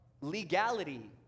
legality